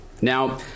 Now